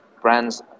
brands